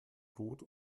rot